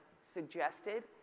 suggested